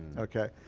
okay.